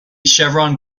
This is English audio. chevron